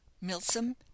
milsom